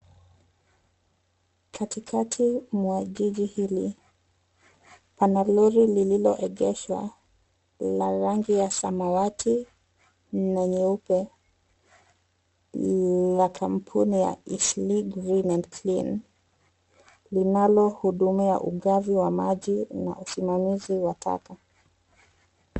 Katikati mwa jiji hili pana lori lililoegeshwa la rangi ya samawati na nyeupe la kampuni ya Eastleigh Green and Clean linalohudumia ugavi wa maji na usimamizi wa taka.